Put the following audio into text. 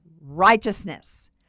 righteousness